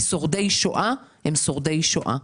כי שורדי שואה הם שורדי שואה,